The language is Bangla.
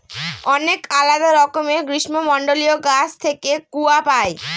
অনেক আলাদা রকমের গ্রীষ্মমন্ডলীয় গাছ থেকে কূয়া পাই